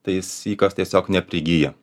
tai sykas tiesiog neprigyja